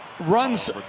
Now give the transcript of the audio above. runs